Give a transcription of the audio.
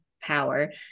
power